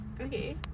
Okay